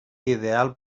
ideal